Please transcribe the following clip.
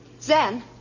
Zen